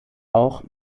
auch